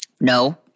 no